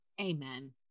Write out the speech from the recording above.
Amen